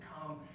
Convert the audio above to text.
come